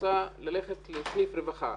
רוצה ללכת לסניף רווחה,